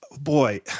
boy